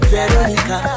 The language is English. Veronica